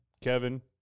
Kevin